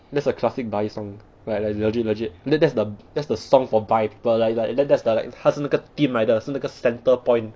that's a classic bisexual song like legit legit that's the that's the song for bisexual people like like like that's the like 它是那个 theme 来的它是那个 centrepoint